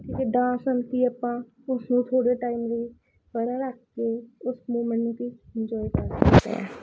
ਇੱਕ ਡਾਂਸ ਆਪਾਂ ਉਸਨੂੰ ਥੋੜ੍ਹੇ ਟਾਈਮ ਲਈ ਪਰਾਂ ਰੱਖ ਕੇ ਉਸਨੂੰ ਇੰਜੋਏ ਕਰ ਸਕਦੇ ਹਾਂ